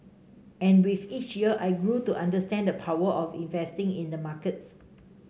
and with each year I grew to understand the power of investing in the markets